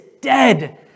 dead